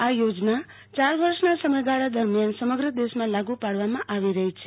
આ યોજના યાર વર્ષના સમયગાળા દરમ્યાન સમગ્ર દેશમાં લાગુ પાડવામાં આવી રહી છે